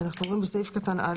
(6)בסעיף 22,